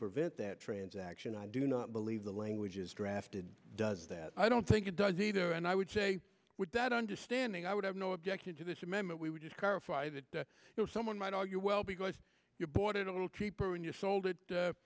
prevent that transaction i do not believe the language is drafted does that i don't think it does either and i would say with that understanding i would have no objection to this amendment we would just clarify that you know someone might argue well because you bought it a little cheaper and you sold it